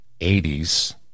80s